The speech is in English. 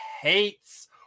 hates